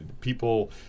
People